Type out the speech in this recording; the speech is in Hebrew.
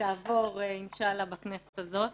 תעבור אינשאללה בכנסת הזאת